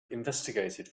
investigated